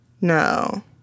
No